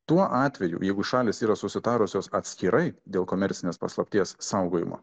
tuo atveju jeigu šalys yra susitarusios atskirai dėl komercinės paslapties saugojimo